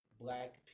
black